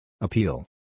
Appeal